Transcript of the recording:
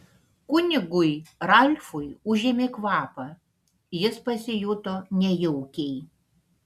kunigui ralfui užėmė kvapą jis pasijuto nejaukiai